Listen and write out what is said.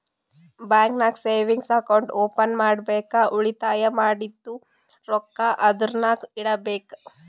bank ನಾಗ್ savings account open ಮಾಡ್ಬೇಕ ಉಳಿತಾಯ ಮಾಡಿದ್ದು ರೊಕ್ಕಾ ಅದುರ್ನಾಗ್ ಇಡಬೇಕ್